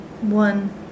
One